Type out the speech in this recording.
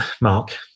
Mark